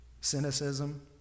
cynicism